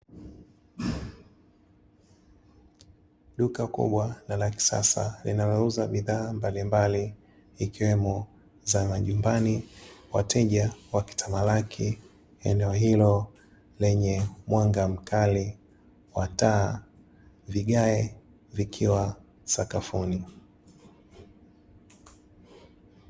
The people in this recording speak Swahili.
Duka kubwa na la kisasa linalouza bidhaa mbalimbali ikiwemo za majumbani, wateja wakitamalaki eneo hilo lenye mwanga mkali wa taa, vigae vikiwa sakafuni.